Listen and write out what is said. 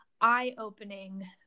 eye-opening